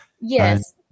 Yes